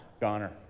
goner